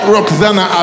Roxana